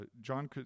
John